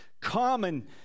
common